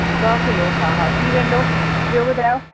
ॿ किलो हाहा थी वेंदो ॿियो ॿुधायो